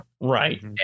Right